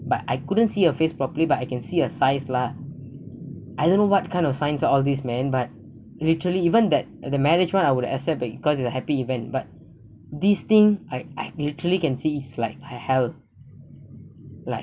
but I couldn't see her face properly but I can see her size lah I don't know what kind of science all this man but literally even that the marriage one I would accept it because it's a happy event but this thing I I literary can see is like he~ hell like